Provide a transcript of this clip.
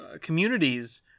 communities